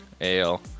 ale